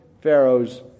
Pharaoh's